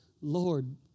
Lord